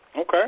Okay